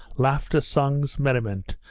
laughter, songs, merriment,